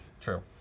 True